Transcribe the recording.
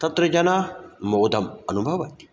तत्र जनाः मोदम् अनुभवन्ति